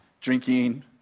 Drinking